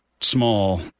small